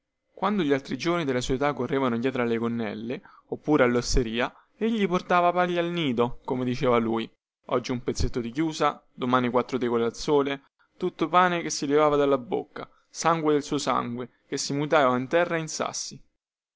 quando gli altri giovani della sua età correvano dietro le gonnelle oppure allosteria egli portava paglia al nido come diceva lui oggi un pezzetto di chiusa domani quattro tegole al sole tutto pane che si levava di bocca sangue del suo sangue che si mutava in terra e sassi